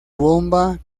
bomba